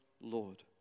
Lord